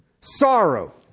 sorrow